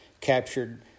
captured